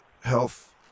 health